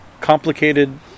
complicated